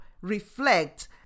reflect